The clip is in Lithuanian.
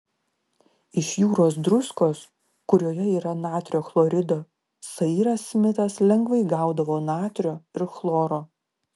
iš jūros druskos kurioje yra natrio chlorido sairas smitas lengvai gaudavo natrio ir chloro